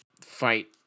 fight